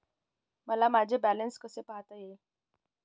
मला माझे बॅलन्स कसे पाहता येईल?